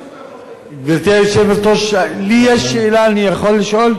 גברתי היושבת-ראש, לי יש שאלה, אני יכול לשאול?